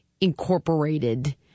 incorporated